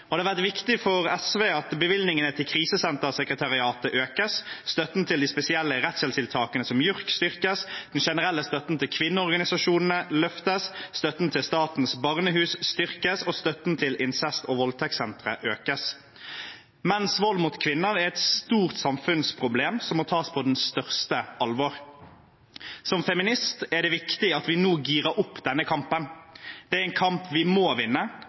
og mye må gjøres. Det har vært viktig for SV at bevilgningene til Krisesentersekretariatet økes, støtten til de spesielle rettshjelpstiltakene som JURK styrkes, den generelle støtten til kvinneorganisasjonene løftes, støtten til Statens barnehus styrkes, og støtten til incest- og voldtektssentrene økes. Menns vold mot kvinner er et stort samfunnsproblem som må tas på det største alvor. Som feminist er det viktig å si at vi nå girer opp denne kampen. Det er en kamp vi må vinne,